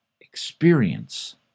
experience